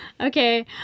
Okay